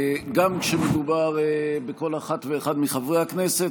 גם כשמדובר בכל אחת ואחד מחברי הכנסת